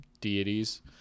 deities